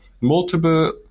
multiple